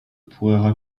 pourraient